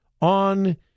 on